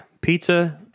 pizza